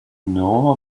know